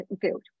field